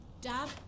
Dad